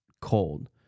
cold